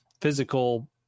physical